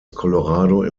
colorado